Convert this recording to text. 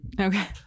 okay